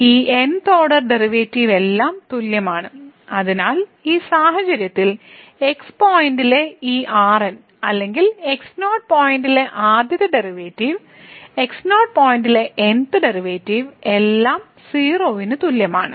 ഈ n th order derivative എല്ലാം തുല്യമാണ് അതിനാൽ ഈ സാഹചര്യത്തിൽ x പോയിന്റിലെ ഈ Rn അല്ലെങ്കിൽ x0 പോയിന്റിലെ ആദ്യത്തെ ഡെറിവേറ്റീവ് x0 പോയിന്റിലെ n th ഡെറിവേറ്റീവ് എല്ലാം 0 ന് തുല്യമാണ്